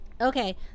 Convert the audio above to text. Okay